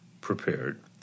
prepared